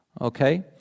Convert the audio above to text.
Okay